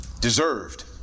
deserved